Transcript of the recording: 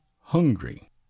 hungry